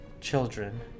children